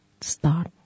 start